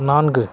நான்கு